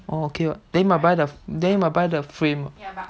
orh okay [what] then must buy the frame